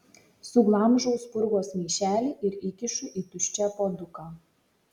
suglamžau spurgos maišelį ir įkišu į tuščią puoduką